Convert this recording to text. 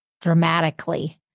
dramatically